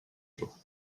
îlots